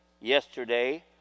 Yesterday